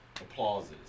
applauses